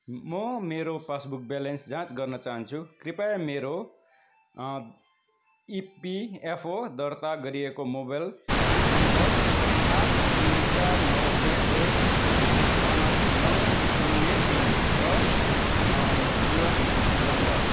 म मेरो passbook balance जाँच गर्न चाहन्छु कृपया मेरो इपिएफओ दर्ता गरिएको मोबाइल नम्बर आठ तिन चार नौ एक एक तिन पाँच नौ शून्य तिन र युएन नम्बर